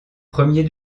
premier